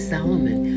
Solomon